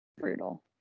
brutal